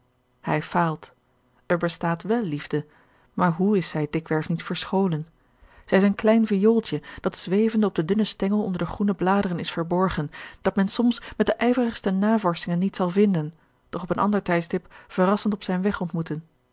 hij faalt er bestaat wel liefde maar hoe is zij dikwerf niet verscholen zij is een klein viooltje dat zwevende op den dunnen stengel onder de groene bladeren is verborgen dat men soms met de ijverigste navorschingen niet zal vinden doch op een ander tijdstip verrassend op zijn weg ontmoeten